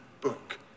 book